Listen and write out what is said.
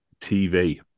TV